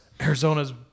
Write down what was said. Arizona's